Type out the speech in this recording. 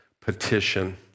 petition